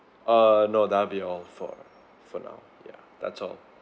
uh no that'll be all for for now yeah that's all